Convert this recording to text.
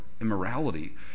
immorality